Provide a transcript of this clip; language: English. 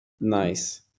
Nice